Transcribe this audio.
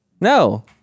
No